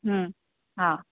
हम्म हा